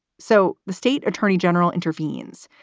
so the state attorney general intervenes,